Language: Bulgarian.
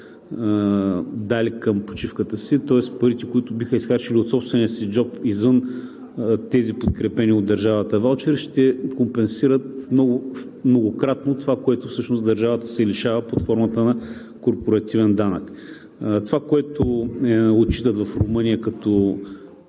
дали към почивката си, тоест парите, които биха изхарчили от собствения си джоб, извън подкрепените от държавата ваучери, ще компенсират многократно това, от което всъщност държавата се лишава под формата на корпоративен данък. Това, което отчитат в Румъния като